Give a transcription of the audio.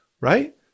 Right